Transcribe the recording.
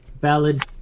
Valid